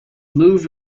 move